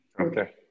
Okay